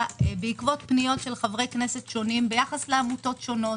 בעקבות פניות של ח"כים שונים ביחס לעמותות שונות,